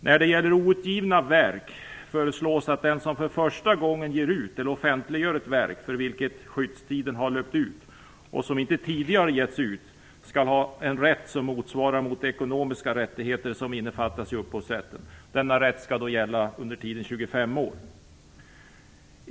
När det gäller outgivna verk föreslås att den som för första gången ger ut eller offentliggör ett verk, för vilket skyddstiden har löpt ut och som inte tidigare getts ut, skall ha en rätt som motsvarar de ekonomiska rättigheter som innefattas i upphovsrätten. Denna rätt skall gälla i 25 år.